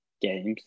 games